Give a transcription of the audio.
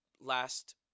last